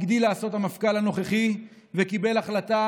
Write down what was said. הגדיל לעשות המפכ"ל הנוכחי וקיבל החלטה